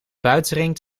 buitenring